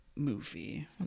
Movie